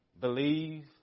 Believe